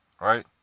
Right